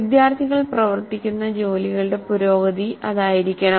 വിദ്യാർത്ഥികൾ പ്രവർത്തിക്കുന്ന ജോലികളുടെ പുരോഗതി അതായിരിക്കണം